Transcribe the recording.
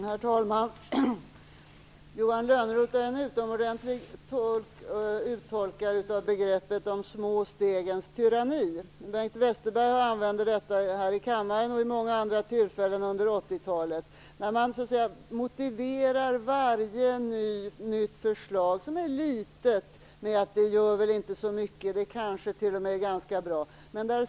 Herr talman! Johan Lönnroth är en utomordentlig uttolkare av begreppet de små stegens tyranni. Bengt Westerberg använde detta uttryck här i kammaren och vid många andra tillfällen under 80-talet. De små stegens tyranni innebär att man motiverar varje nytt förslag med att det inte gör så mycket och att det t.o.m. kanske är ganska bra.